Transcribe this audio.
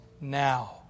now